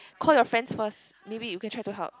call your friends first maybe you can try to help